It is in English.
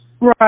Right